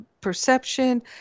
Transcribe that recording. perception